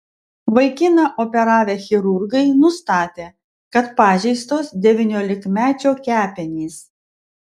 vaikiną operavę chirurgai nustatė kad pažeistos devyniolikmečio kepenys